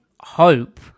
hope